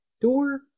door